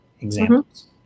examples